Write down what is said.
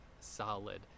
solid